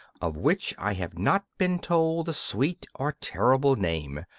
of which i have not been told the sweet or terrible name.